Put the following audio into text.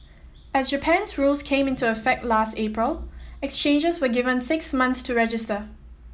as Japan's rules came into effect last April exchanges were given six months to register